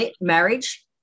marriage